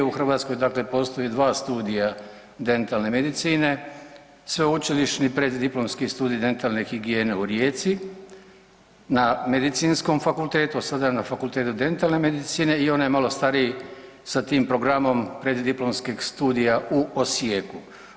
U Hrvatskoj postoje dva studija dentalne medicine Sveučilišni preddiplomski studij dentalne higijene u Rijeci na Medicinskom fakultetu, a sada na Fakultetu dentalne medicine i onaj malo stariji sa tim programom preddiplomskih studija u Osijeku.